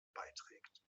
beiträgt